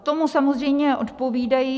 Tomu samozřejmě odpovídají...